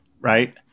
right